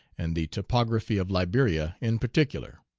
and the topography of liberia in particular,